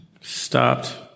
stopped